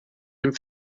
dem